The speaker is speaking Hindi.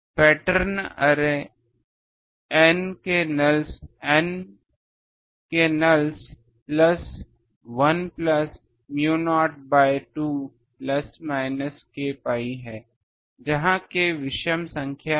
पैटर्न अरे N के नल्स plus 1 plus u0 by 2 plus minus k pi है जहां k विषम सम संख्या है